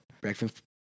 breakfast